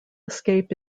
escape